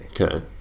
Okay